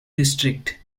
district